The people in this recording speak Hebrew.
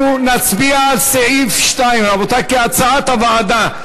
אנחנו נצביע על סעיף 2, רבותי, כהצעת הוועדה.